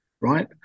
right